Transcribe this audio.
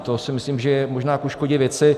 To si myslím, že je možná ku škodě věci.